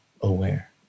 aware